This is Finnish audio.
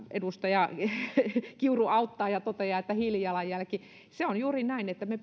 edustaja kiuru auttaa ja toteaa että hiilijalanjälki se on juuri näin että me